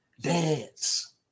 Dance